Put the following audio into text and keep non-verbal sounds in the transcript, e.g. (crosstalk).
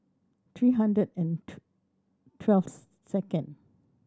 three hundred and (unintelligible) twelve (unintelligible) second